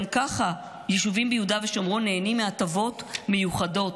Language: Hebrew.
גם ככה יישובים ביהודה ושומרון נהנים מהטבות מיוחדות,